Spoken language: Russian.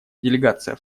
делегация